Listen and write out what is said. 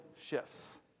shifts